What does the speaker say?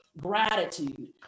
gratitude